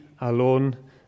alone